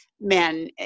men